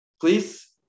please